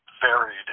varied